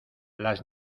las